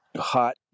hot